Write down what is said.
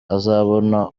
azabona